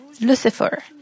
Lucifer